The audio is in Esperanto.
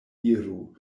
iru